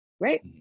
right